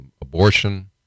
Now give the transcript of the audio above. abortion